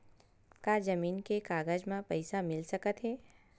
का जमीन के कागज म पईसा मिल सकत हे?